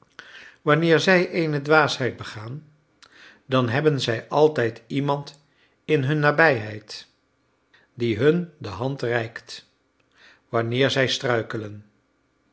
wanneer zij eene dwaasheid begaan dan hebben zij altijd iemand in hun nabijheid die hun de hand reikt wanneer zij struikelen